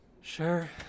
Sure